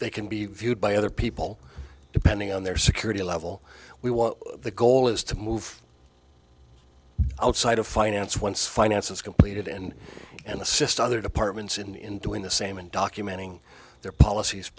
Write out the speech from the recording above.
they can be viewed by other people depending on their security level we want the goal is to move outside of finance once finance is completed and and assist other departments in doing the same and documenting their policies